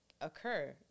occur